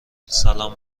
سلام